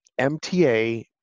MTA